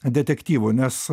detektyvų nes